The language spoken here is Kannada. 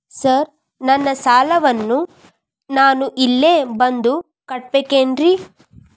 ಸರ್ ನನ್ನ ಸಾಲವನ್ನು ನಾನು ಇಲ್ಲೇ ಬಂದು ಕಟ್ಟಬೇಕೇನ್ರಿ?